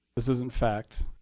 this isn't fact.